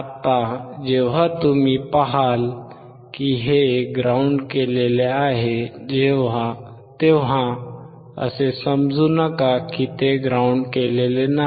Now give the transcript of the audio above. आता जेव्हा तुम्ही पहाल की हे ग्राउंड केलेले आहे तेव्हा असे समजू नका की ते ग्राउंड केलेले नाही